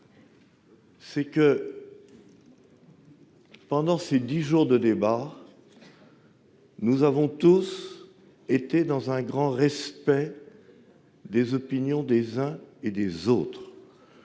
: pendant ces dix jours de débat, nous avons tous fait montre d'un grand respect des opinions des uns et des autres.